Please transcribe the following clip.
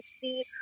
see